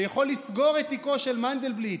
שיכול לסגור את תיקו של מנדלבליט,